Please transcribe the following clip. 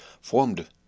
formed